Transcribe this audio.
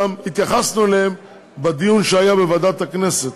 התייחסנו אליהן בדיון שהיה בוועדת הכנסת